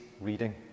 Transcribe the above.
reading